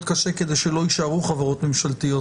קשה כדי שלא יישארו חברות ממשלתיות,